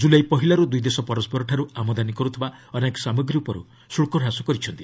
ଜୁଲାଇ ପହିଲାରୁ ଦୁଇଦେଶ ପରସ୍କରଠାରୁ ଆମଦାନୀ କରୁଥିବା ଅନେକ ସାମଗ୍ରୀ ଉପରୁ ଶୁଳ୍କ ହ୍ରାସ କରିଛନ୍ତି